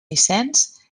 vicenç